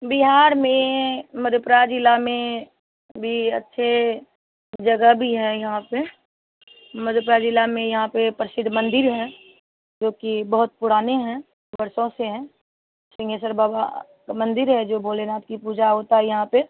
बिहार में मधेपुरा ज़िले में भी अच्छी जगह भी है यहाँ पर मधेपुरा ज़िले में यहाँ पर प्रसिद्ध मंदिर हैं जोकि बहुत पुराने हैं बरसो से हैं सिंहेस्वर बाबा का मंदिर है जो भोलेनाथ की पूजा होती यहाँ पर